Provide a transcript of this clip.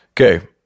Okay